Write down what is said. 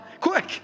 quick